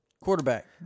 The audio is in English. Quarterback